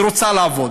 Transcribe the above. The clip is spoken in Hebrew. היא רוצה לעבוד.